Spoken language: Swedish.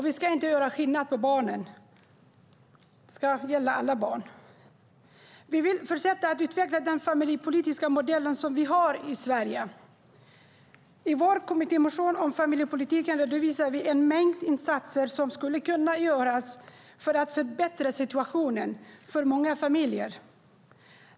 Vi ska inte göra skillnad på barnen, utan det ska gälla alla barn. Vi vill fortsätta att utveckla den familjepolitiska modell som vi har i Sverige. I vår kommittémotion om familjepolitiken redovisar vi en mängd insatser som skulle kunna göras för att förbättra situationen för många familjer.